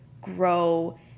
grow